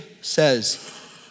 says